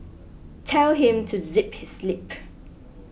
tell him to zip his lip